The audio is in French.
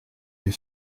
est